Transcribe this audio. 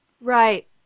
Right